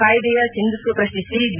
ಕಾಯ್ದೆಯ ಸಿಂಧುತ್ವ ಪ್ರಶ್ನಿಸಿ ಬಿ